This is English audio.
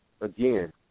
again